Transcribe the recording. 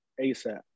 ASAP